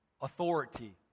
Authority